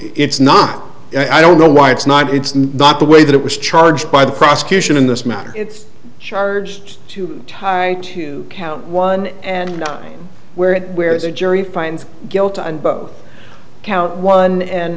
not i don't know why it's not it's not the way that it was charged by the prosecution in this matter it's charged too tied to count one and where it where is a jury finds guilt on both counts one and